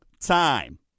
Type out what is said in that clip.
time